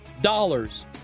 dollars